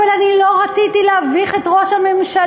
אבל אני לא רציתי להביך את ראש הממשלה.